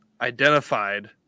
identified